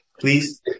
Please